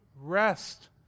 rest